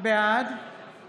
בעד